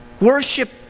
Worship